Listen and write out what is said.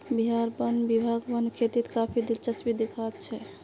बिहार वन विभाग वन खेतीत काफी दिलचस्पी दखा छोक